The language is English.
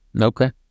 Okay